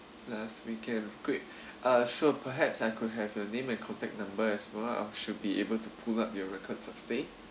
last weekend great uh sure perhaps I could have your name and contact number as well I should be able to pull up your records of stay